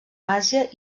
àsia